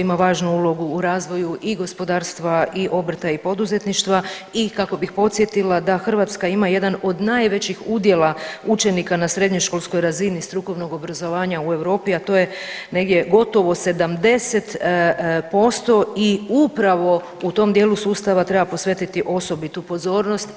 ima važnu ulogu u razvoju i gospodarstva i obrta i poduzetništva i kako bih podsjetila da Hrvatska ima jedan od najvećih udjela učenika na srednjoškolskoj razini strukovnog obrazovanja u Europi, a to je negdje gotovo 70% i upravo u tom dijelu sustava treba posvetiti osobitu pozornost.